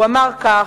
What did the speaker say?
הוא אמר כך: